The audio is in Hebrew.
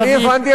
אני הבנתי,